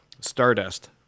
Stardust